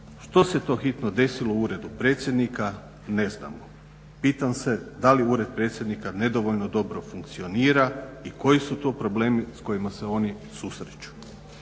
Što se to hitno desilo u Uredu predsjednika? Ne znamo. Pitam se da li Ured predsjednika nedovoljno dobro funkcionira i koji su to problemi s kojima se oni susreću?